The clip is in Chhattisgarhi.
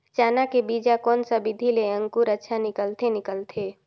चाना के बीजा कोन सा विधि ले अंकुर अच्छा निकलथे निकलथे